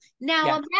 Now